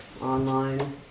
online